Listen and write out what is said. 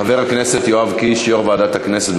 חבר הכנסת יואב קיש, יושב-ראש ועדת הכנסת,